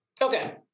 Okay